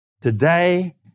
Today